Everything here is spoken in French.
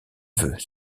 veut